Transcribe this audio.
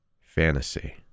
fantasy